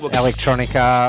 electronica